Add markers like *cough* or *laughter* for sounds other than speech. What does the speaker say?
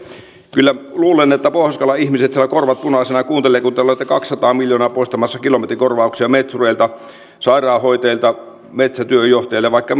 kyllä luulen että pohjois karjalan ihmiset siellä korvat punaisena kuuntelevat kun te olette kaksisataa miljoonaa poistamassa kilometrikorvauksia metsureilta sairaanhoitajilta metsätyönjohtajilta ja vaikka *unintelligible*